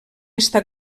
està